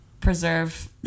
preserve